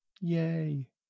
Yay